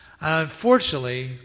Unfortunately